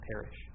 perish